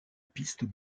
piste